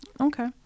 Okay